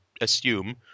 assume